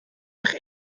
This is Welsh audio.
eich